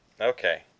Okay